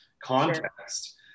context